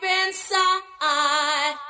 inside